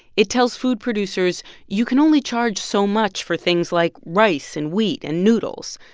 it tells food producers, you can only charge so much for things like rice and wheat and noodles.